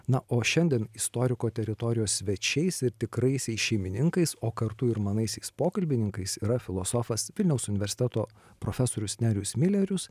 na o šiandien istoriko teritorijos svečiais ir tikraisiais šeimininkais o kartu ir manaisiais pokalbininkais yra filosofas vilniaus universiteto profesorius nerijus milerius